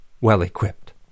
well-equipped